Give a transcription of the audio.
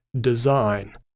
design